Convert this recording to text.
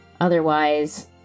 otherwise